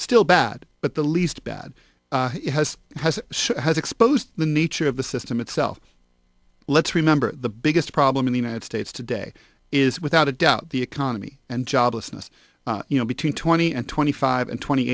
still bad but the least bad it has has has exposed the nature of the system itself let's remember the biggest problem in the united states today is without a doubt the economy and joblessness you know between twenty and twenty five and twenty